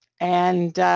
and